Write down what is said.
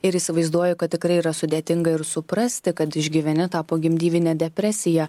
ir įsivaizduoju kad tikrai yra sudėtinga ir suprasti kad išgyveni tą pogimdyvinę depresiją